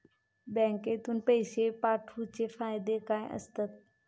बँकेतून पैशे पाठवूचे फायदे काय असतत?